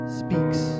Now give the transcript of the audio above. speaks